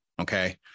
Okay